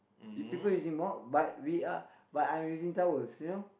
is people using mop but we are but I'm using towels you know